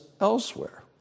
elsewhere